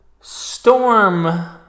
storm